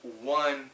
one